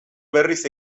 berriz